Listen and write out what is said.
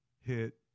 hit